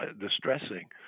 distressing